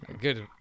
good